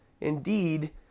indeed